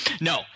no